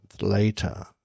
later